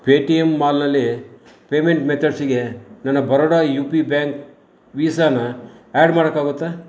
pay T M mall ಅಲ್ಲಿ payment ಮೆತಡ್ಸಿಗೆ ನನ್ನ ಬರೋಡಾ ಯು ಪಿ ಬ್ಯಾಂಕ್ ವೀಸಾನ ಆ್ಯಡ್ ಮಾಡೋಕ್ಕಾಗುತ್ತಾ